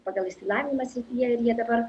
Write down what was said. pagal išsilavinimą srityje ir jie dabar